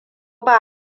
ba